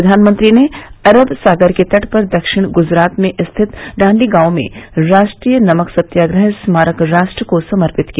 प्रधानमंत्री ने अरब सागर के तट पर दक्षिण गुजरात में स्थित दांडी गांव में राष्ट्रीय नमक सत्याग्रह स्मारक राष्ट्र को समर्पित किया